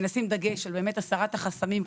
נשים דגש על הסרת החסמים,